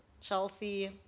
Chelsea